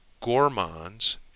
gourmands